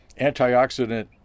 antioxidant